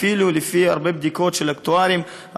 אפילו לפי הרבה בדיקות של אקטוארים,